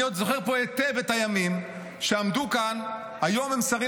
אני עוד זוכר פה היטב את הימים שעמדו כאן מי שהיום הם שרים